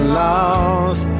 lost